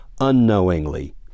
unknowingly